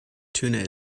tuna